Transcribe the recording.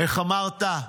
איך אמרת?